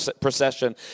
Procession